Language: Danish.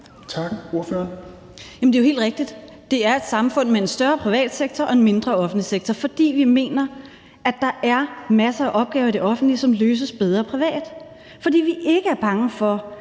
Pernille Vermund (NB): Det er jo helt rigtigt, at det er et samfund med en større privat sektor og en mindre offentlig sektor. Vi mener, at der er masser af opgaver i det offentlige, som løses bedre privat, for vi er ikke bange for,